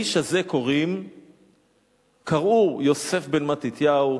לאיש הזה קראו יוסף בן מתתיהו,